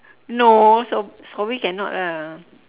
no so~ sobri cannot ah